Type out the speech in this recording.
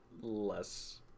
less